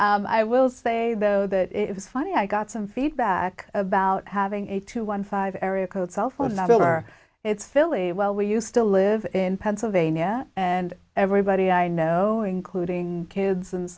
and i will say though that it was funny i got some feedback about having a two one five area code cell phone number it's still a well where you still live in pennsylvania and everybody i know including kids and